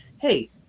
hey